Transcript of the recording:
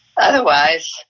Otherwise